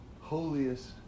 holiest